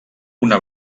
una